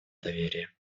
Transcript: доверия